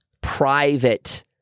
private